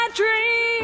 dream